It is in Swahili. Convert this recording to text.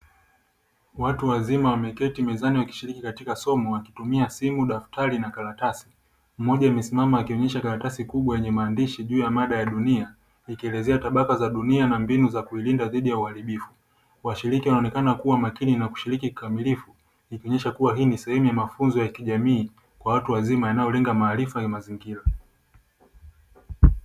Watu wazima wameketi mezani wakishiriki katika somo wakitumia simu, daftari na karatasi. Mmoja amesimama akionyesha karatasi kubwa yenye maandishi juu ya mada ya dunia. Ikielezea tabaka za dunia na mbinu za kuilinda dhidi ya uharibifu. Washiriki wanaonekana kuwa makini na kushiriki kikamilifu. Ikionyesha kuwa hii ni sehemu ya mafunzo ya kijamii kwa watu wazima yanayolenga maarifa ya mazingira.